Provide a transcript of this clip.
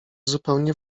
zupełnie